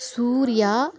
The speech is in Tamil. சூரியா